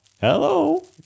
Hello